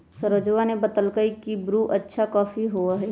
सरोजवा ने बतल कई की ब्रू अच्छा कॉफी होबा हई